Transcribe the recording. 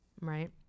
Right